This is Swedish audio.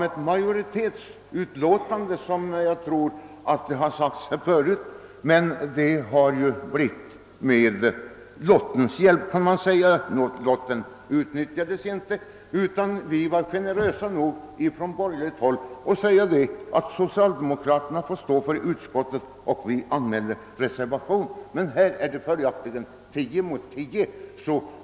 Man har tidigare i debatten använt beteckningen majoritetsutlåtande, men jag vill påpeka att majoriteten har tillkommit genom att vi från borgerligt håll var generösa nog att utan lottdragning låta socialdemokraterna stå för utskottets utlåtande medan vi anmälde reservationer mot detta, trots att ställningen var 10—10 i utskottet.